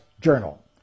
Journal